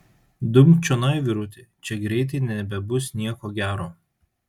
dumk čionai vyruti čia greit nebebus nieko gero